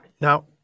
Now